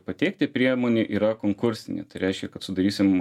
pateikti priemonė yra konkursinė tai reiškia kad sudarysim